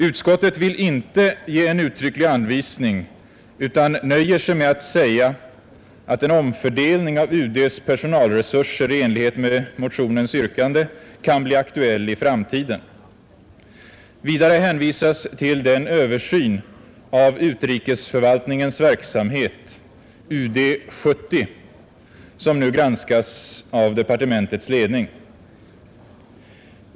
Utskottet vill inte ge en uttrycklig anvisning utan nöjer sig med att säga att en omfördelning av UD:s personalresurser i enlighet med motionens yrkande kan bli aktuell i framtiden. Vidare hänvisas till den översyn av utrikesförvaltningens verksamhet — UD 70 — som nu granskas av departementets ledning.